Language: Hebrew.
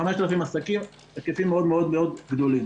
5,000 עסקים היקפים מאוד מאוד גדולים.